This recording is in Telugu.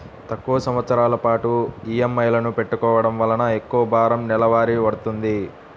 తక్కువ సంవత్సరాల పాటు ఈఎంఐలను పెట్టుకోవడం వలన ఎక్కువ భారం నెలవారీ పడ్తుంది